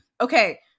Okay